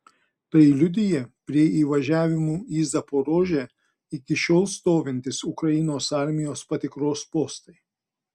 tai liudija prie įvažiavimų į zaporožę iki šiol stovintys ukrainos armijos patikros postai